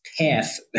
path